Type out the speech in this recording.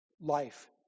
life